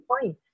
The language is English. point